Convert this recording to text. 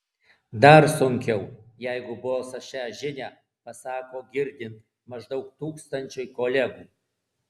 dar sunkiau jeigu bosas šią žinią pasako girdint maždaug tūkstančiui kolegų